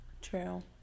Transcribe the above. True